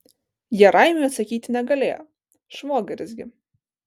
jie raimiui atsakyti negalėjo švogeris gi